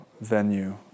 venue